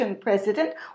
president